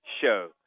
show